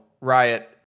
Riot